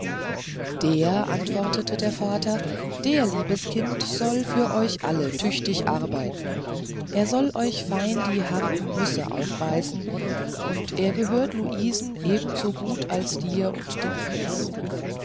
der antwortete der vater der liebes kind soll für euch alle tüchtig arbeiten er soll euch fein die harten nüsse aufbeißen und er gehört luisen ebensogut als dir und dem fritz